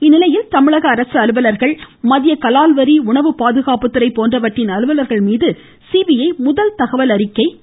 இந்நிலையில் தமிழக அரசு அலுவலர்கள் மத்திய கலால் வரி உணவு பாதுகாப்பு துறை போன்றவற்றின் அலுவலர்கள் மீது சிபிஐ முதல் தகவல் அறிக்கை பதிவு செய்தது